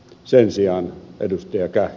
sen sijaan ed